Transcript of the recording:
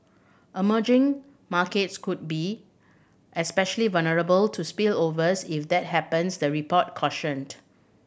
emerging markets could be especially vulnerable to spillovers if that happens the report cautioned